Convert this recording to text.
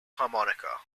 harmonica